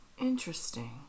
Interesting